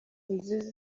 nziza